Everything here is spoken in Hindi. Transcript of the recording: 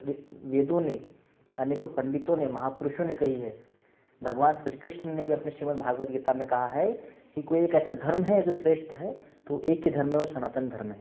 रिग् वेदों ने अनेको पंडितों ने महापुरुषों ने कही है भगवान श्री कृष्ण ने भी अपने श्रीमदभागवत गीता में कहा है कि कोई एक ऐसा धर्म है जो श्रेष्ठ है तो एक ही धर्म है वो सनातन धर्म है